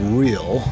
real